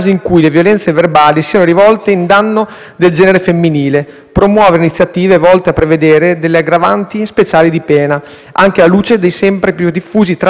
promuove iniziative volte a prevedere delle aggravanti speciali di pena, anche alla luce dei sempre più diffusi tragici casi di femminicidio, divenuti ormai un'emergenza nel nostro Paese.